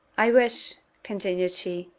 i wish, continued she,